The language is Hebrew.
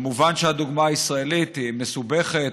מובן שהדוגמה הישראלית היא מסובכת.